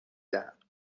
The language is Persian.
دهم